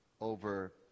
over